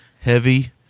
heavy